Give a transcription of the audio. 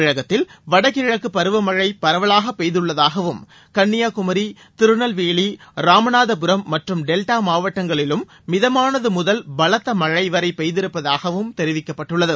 தமிழகத்தில் வடகிழக்குப் பருவமழை பரவலாக பெய்துள்ளதாகவும் கன்னியாகுமரி திருநெல்வேலி ராமநாதபுரம் மற்றம் டெல்டா மாவட்டங்களிலும் மிதமானது முதல் பலத்த மழை வரை பெய்திருப்பதாகவும் தெரிவிக்கப்பட்டுள்ளது